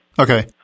Okay